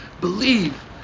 believe